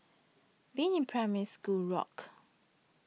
being in Primary School rocked